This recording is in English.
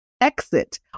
exit